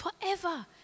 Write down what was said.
forever